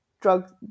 drug